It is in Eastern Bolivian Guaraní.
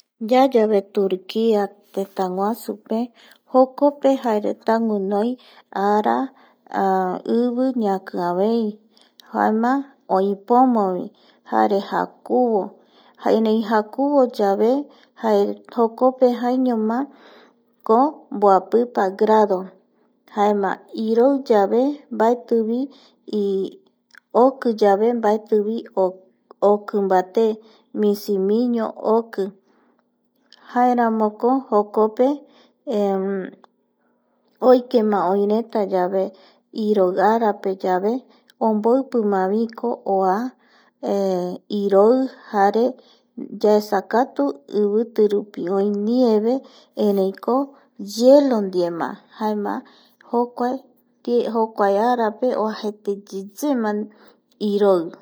Yayave turquia tëtäguasupe jokope jaretea guinoi ara ivi ñakiavei jaema ipomovi jare jakuvo, erei jakuvoyave jokope jaeñomakomboapipa grado jaema iroi yave mbaetivi okiyave okimbate misimiño oki jaeramoko jokope oikema oiretayave iroi arape yave omboipimaviko oa iroi yaesakatu ivitirupi oi nieve ereiko hielo ndiema jaema jokuae arape oajaeteyeyema iroi